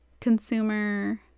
consumer